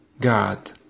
God